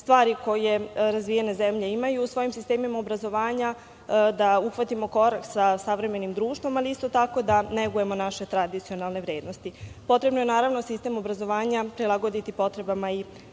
stvari koje razvijene zemlje imaju u svojim sistemima obrazovanja, da uhvatimo korak sa savremenim društvom, ali isto tako da negujemo naše tradicionalne vrednosti. Naravno, potrebno je sistem obrazovanja prilagoditi potrebama i